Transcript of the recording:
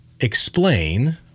explain